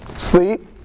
Sleep